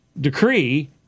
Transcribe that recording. decree